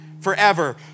forever